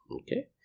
Okay